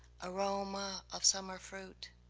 aroma of summer fruit,